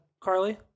Carly